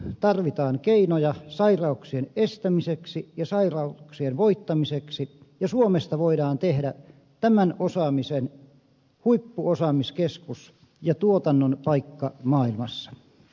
tarvitaan keinoja sairauksien estämiseksi ja sairauksien voittamiseksi ja suomesta voidaan tehdä tämän osaamisen huippuosaamiskeskus ja tuotannon paikka maailmassa